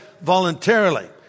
voluntarily